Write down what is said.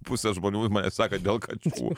pusė žmonių mane seka dėl katinų